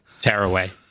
Tearaway